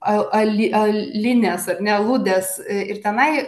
al al ali alines ar ne aludes ir tenai